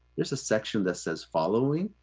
there's a section that says following.